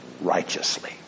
righteously